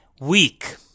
weak